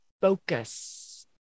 focus